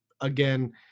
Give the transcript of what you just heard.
again